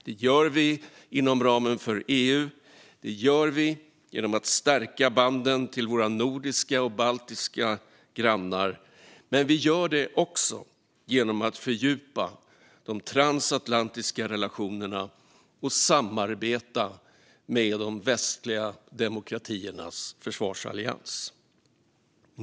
Detta gör vi inom ramen för EU, och det gör vi genom att stärka banden till våra nordiska och baltiska grannar. Men vi gör det också genom att fördjupa de transatlantiska relationerna och samarbeta med de västliga demokratiernas försvarsallians.